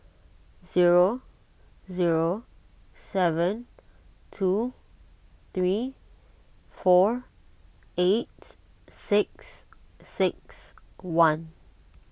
zero zero seven two three four eight six six one